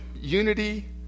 unity